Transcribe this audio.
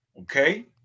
okay